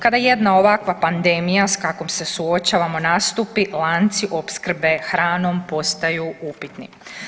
Kada jedna ovakva pandemija s kakvom se suočavamo nastupi lanci opskrbe hranom postaju upitni.